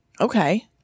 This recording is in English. Okay